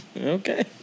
Okay